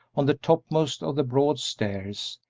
on the topmost of the broad stairs,